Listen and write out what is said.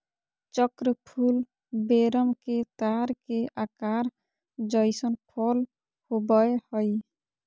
चक्र फूल वेरम के तार के आकार जइसन फल होबैय हइ